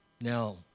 Now